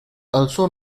also